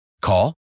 Call